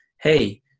hey